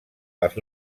els